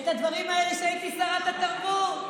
את זה כשרת התרבות.